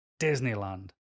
Disneyland